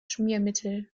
schmiermittel